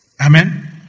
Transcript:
Amen